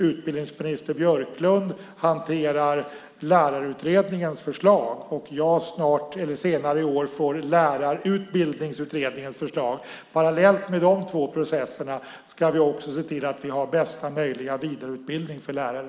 Utbildningsminister Björklund hanterar Lärarutredningens förslag, och jag får senare i år Lärarutbildningsutredningens förslag. Parallellt med de två processerna ska vi också se till att vi har bästa möjliga vidareutbildning för lärare.